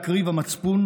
/ נשבע להקריב המצפון,